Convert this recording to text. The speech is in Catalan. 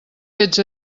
fets